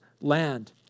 land